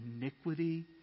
iniquity